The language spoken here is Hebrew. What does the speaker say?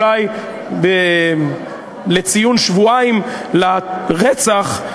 אולי בציון שבועיים לרצח,